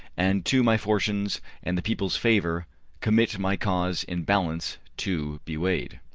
and to my fortunes and the people's favour commit my cause in balance to be weigh'd.